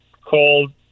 called